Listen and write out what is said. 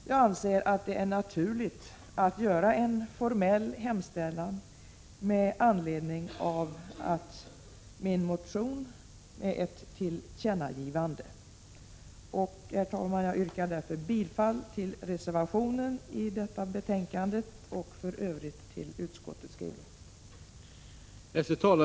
Jag anser att det är naturligt att göra en formell hemställan med anledning av min motion, dvs. ett tillkännagivande. Herr talman! Jag yrkar därför bifall till reservationen i vad avser mom. 1 och i övrigt till utskottets hemställan.